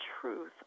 truth